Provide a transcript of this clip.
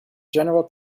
general